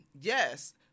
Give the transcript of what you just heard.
yes